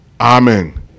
Amen